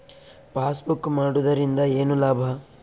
Passbook ಮಾಡುದರಿಂದ ಏನು ಲಾಭ?